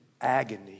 agony